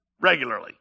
regularly